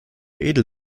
edel